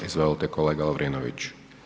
Izvolite kolega Lovrinović.